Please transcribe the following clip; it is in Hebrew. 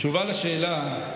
התשובה לשאלה: